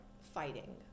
fighting